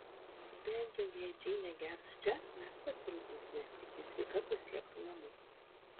bent jau jei džeinė gers čia mes pasirūpinsime kad ji sveika pasiektų namus